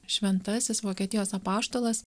šventasis vokietijos apaštalas